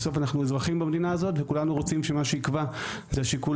בסוף אנחנו אזרחים במדינה הזאת וכולנו רוצים שמה שיקבע זה השיקול